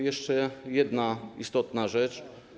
Jeszcze jedna istotna rzecz.